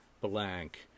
blank